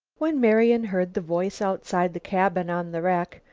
when marian heard the voice outside the cabin on the wreck,